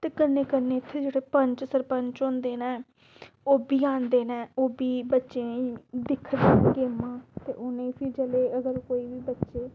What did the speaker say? ते कन्नै कन्नै इत्थै जेह्ड़े पंच सरपंच होंदे न ओह् बी आंदे न ओह् बी बच्चें दिखदे गेमां ते उ'नेंगी फ्ही जेल्लै अगर कोई बी बच्चे